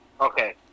Okay